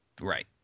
Right